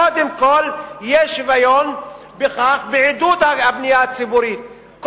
קודם כול שיהיה שוויון בעידוד הבנייה הציבורית,